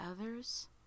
others